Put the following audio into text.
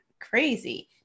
Crazy